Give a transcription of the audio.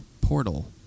portal